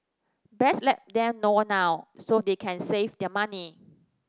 best let them know now so they can save their money